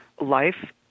Life